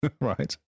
Right